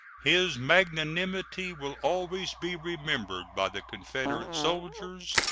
his magnanimity will always be remembered by the confederate soldiers,